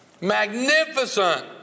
Magnificent